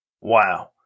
Wow